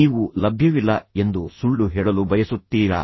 ನೀವು ಲಭ್ಯವಿಲ್ಲ ಎಂದು ಸುಳ್ಳು ಹೇಳಲು ಬಯಸುತ್ತೀರಾ